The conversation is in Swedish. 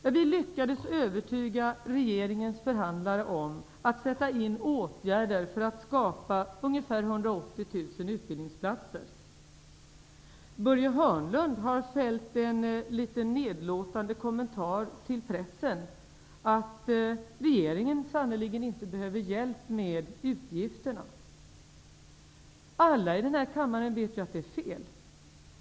Jo, vi lyckades övertyga regeringens förhandlare om att sätta in åtgärder för att skapa ca 180 000 utbildningsplatser. Börje Hörnlund har fällt en litet nedlåtande kommentar till pressen om att regeringen sannerligen inte behövde hjälp med utgifterna. Alla i denna kammare vet att detta är fel.